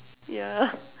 yeah